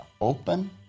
open